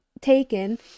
taken